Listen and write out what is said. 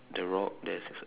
the rock there's